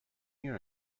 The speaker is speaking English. year